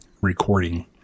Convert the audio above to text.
recording